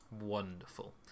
wonderful